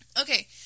Okay